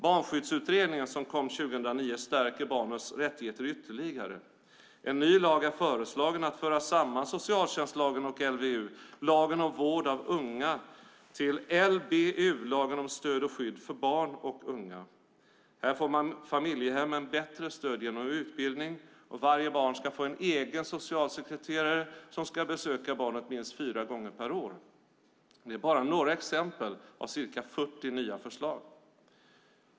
Barnskyddsutredningen, som kom 2009, stärker barnens rättigheter ytterligare. En ny lag är föreslagen med syfte att föra samman socialtjänstlagen och LVU, lagen om vård av unga, till LBU, lagen om stöd och skydd för barn och unga. Här får familjehemmen bättre stöd genom utbildning, och varje barn ska få en egen socialsekreterare som ska besöka barnet minst fyra gånger per år. Det är bara några exempel av ca 40 nya förslag.